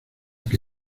que